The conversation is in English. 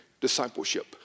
Discipleship